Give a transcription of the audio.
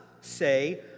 say